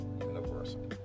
universal